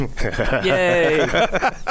Yay